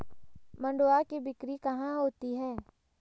मंडुआ की बिक्री कहाँ होती है?